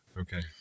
Okay